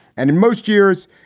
and in most years,